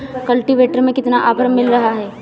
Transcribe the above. Cultivator में कितना offer मिल रहा है?